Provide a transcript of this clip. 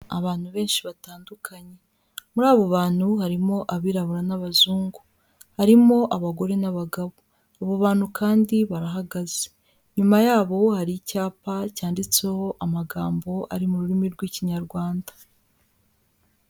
Abantu benshi batandukanye. Muri abo bantu harimo abirabura n'abazungu. Harimo abagore n'abagabo. Abo bantu kandi barahagaze. Inyuma yabo hari icyapa cyanditseho amagambo ari mu rurimi rw'Ikinyarwanda.